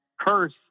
curse